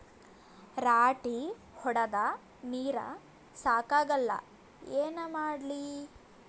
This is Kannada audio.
ರಾಟಿ ಹೊಡದ ನೀರ ಸಾಕಾಗಲ್ಲ ಏನ ಮಾಡ್ಲಿ?